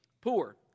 poor